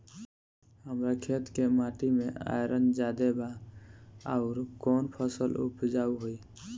हमरा खेत के माटी मे आयरन जादे बा आउर कौन फसल उपजाऊ होइ?